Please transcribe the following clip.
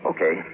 Okay